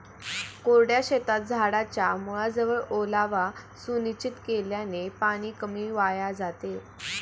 कोरड्या शेतात झाडाच्या मुळाजवळ ओलावा सुनिश्चित केल्याने पाणी कमी वाया जातं